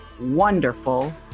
wonderful